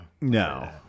No